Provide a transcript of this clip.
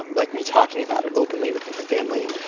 um like me talking about it openly within the family,